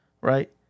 Right